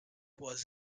was